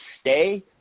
stay